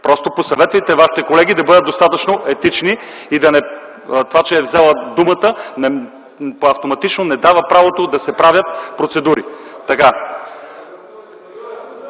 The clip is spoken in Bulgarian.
просто посъветвайте вашите колеги да бъдат достатъчно етични и това, че е взела думата, автоматично не дава право да се правят процедури.